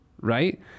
Right